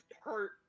hurt